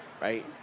Right